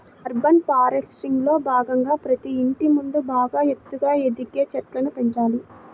urban ఫారెస్ట్రీలో భాగంగా ప్రతి ఇంటి ముందు బాగా ఎత్తుగా ఎదిగే చెట్లను పెంచాలి